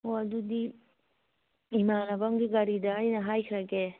ꯑꯣ ꯑꯗꯨꯗꯤ ꯏꯃꯥꯅꯕ ꯑꯃꯒꯤ ꯒꯥꯔꯤꯗ ꯑꯩꯅ ꯍꯥꯏꯈ꯭ꯔꯒꯦ